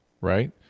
Right